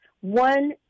one